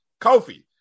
Kofi